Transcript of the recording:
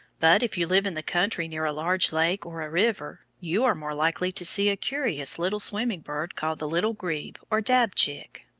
but if you live in the country near a large lake or a river, you are more likely to see a curious little swimming bird called the little grebe or dabchick.